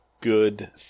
Good